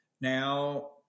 now